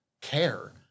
care